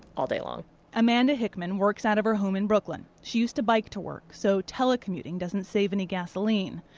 all day long amanda hickman works out of her home in brooklyn. she used to bike to work, so telecommuting doesn't save any gasoline.